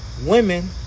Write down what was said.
women